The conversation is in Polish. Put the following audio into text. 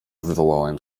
wywołałem